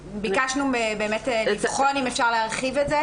ביקשנו לבחון אם אפשר להרחיב את זה.